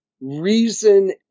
reason